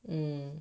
mm